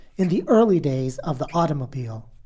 in the early days of the automobile.